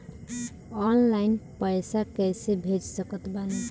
Online पैसा कैसे भेज सकत बानी?